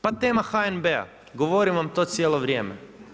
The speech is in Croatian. Pa tema HNB-a, govorim vam to cijelo vrijeme.